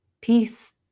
peace